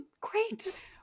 Great